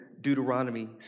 Deuteronomy